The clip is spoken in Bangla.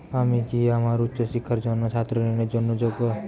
আমি কি আমার উচ্চ শিক্ষার জন্য ছাত্র ঋণের জন্য যোগ্য?